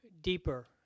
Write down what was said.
deeper